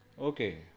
Okay